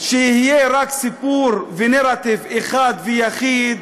שיהיה רק סיפור ונרטיב אחד ויחיד.